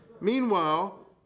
Meanwhile